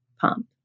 pump